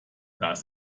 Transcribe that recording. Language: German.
das